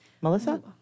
Melissa